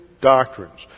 doctrines